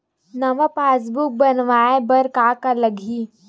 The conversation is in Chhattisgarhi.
नवा पासबुक बनवाय बर का का लगही?